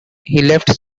left